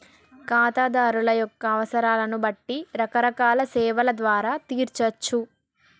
ఖాతాదారుల యొక్క అవసరాలను బట్టి రకరకాల సేవల ద్వారా తీర్చచ్చు